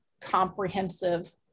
comprehensive